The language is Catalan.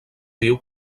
diu